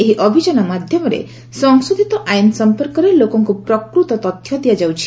ଏହି ଅଭିଯାନ ମାଧ୍ୟମରେ ସଂଶୋଧିତ ଆଇନ ସମ୍ପର୍କରେ ଲୋକଙ୍କୁ ପ୍ରକୃତ ତଥ୍ୟ ଦିଆଯାଉଛି